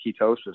ketosis